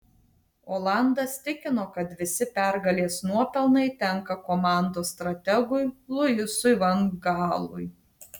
olandas tikino kad visi pergalės nuopelnai tenka komandos strategui luisui van gaalui